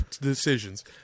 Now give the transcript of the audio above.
decisions